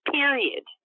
period